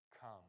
come